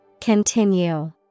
Continue